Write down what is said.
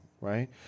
right